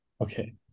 Okay